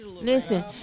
Listen